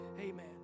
Amen